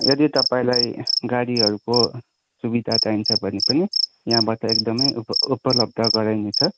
यदि तपाईँलाई गाडीहरूको सुविधा चाहिन्छ भने पनि यहाँबाट एकदमै उपलब्ध गराइने छ